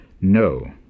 No